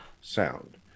sound